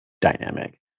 dynamic